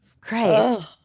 Christ